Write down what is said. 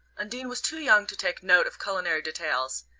undine was too young to take note of culinary details,